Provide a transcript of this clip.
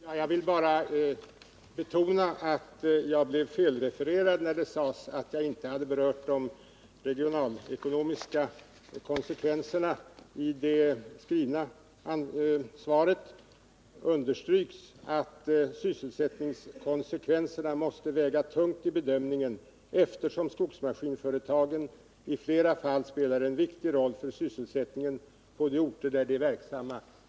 Herr talman! Jag vill betona att jag blev felrefererad när det sades att jag i svaret inte hade berört de regionalpolitiska konsekvenserna. I det skrivna svaret understryks att sysselsättningskonsekvenserna måste ”väga tungt i bedömningen eftersom skogsmaskinsföretagen i flera fall spelar en viktig roll för sysselsättningen på de orter där de är verksamma”.